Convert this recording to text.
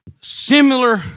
similar